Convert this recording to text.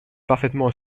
parfaitement